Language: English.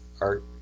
art